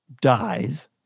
dies